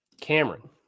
Cameron